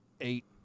eight